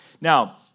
Now